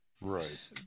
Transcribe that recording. Right